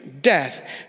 death